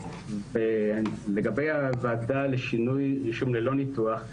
לגבי הוועדה לשינוי רישום ללא ניתוח: